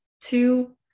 Two